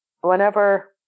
whenever